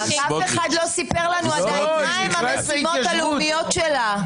רק אף אחד לא סיפר לנו עדיין מהן המשימות הלאומיות שלה.